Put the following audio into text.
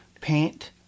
paint